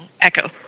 Echo